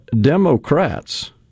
Democrats